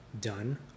done